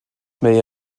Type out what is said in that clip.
may